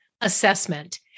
assessment